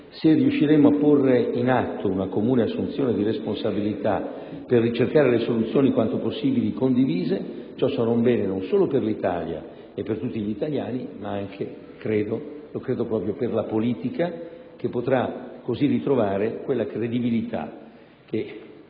se riusciremo a porre in atto una comune assunzione di responsabilità per ricercare le soluzioni quanto più possibile condivise, ciò sarà un bene, non solo per l'Italia e per tutti gli italiani, ma anche - lo credo proprio - per la politica, che potrà così ritrovare quella credibilità che